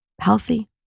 healthy